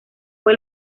fue